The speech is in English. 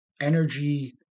energy